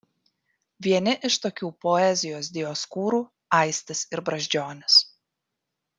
vieni iš tokių poezijos dioskūrų aistis ir brazdžionis